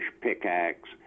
pickaxe